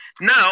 Now